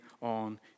on